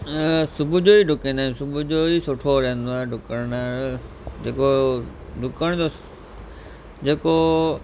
सुबुह जो ई डुकींदा आहियूं सुबुह जो ई सुठो रहंदो आहे डुकण जेको डुकण जो जेको